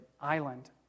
island